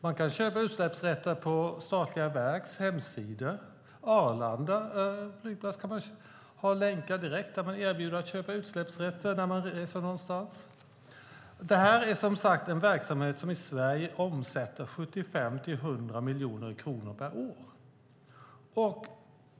Man kan köpa utsläppsrätter på statliga verks hemsidor. Arlanda flygplats har länkar direkt där man erbjuds att köpa utsläppsrätter när man ska resa någonstans. Det här är som sagt en verksamhet som i Sverige omsätter 75-100 miljoner kronor per år.